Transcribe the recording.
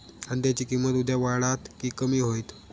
कांद्याची किंमत उद्या वाढात की कमी होईत?